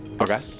Okay